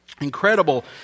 incredible